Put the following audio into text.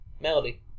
Melody